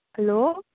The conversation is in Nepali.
हेलो